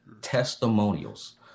Testimonials